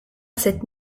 cette